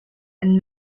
and